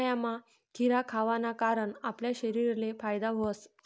उन्हायामा खीरा खावाना कारण आपला शरीरले फायदा व्हस